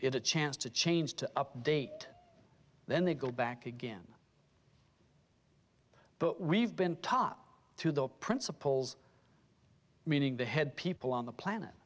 it a chance to change to up date then they go back again but we've been taught through the principles meaning the head people on the planet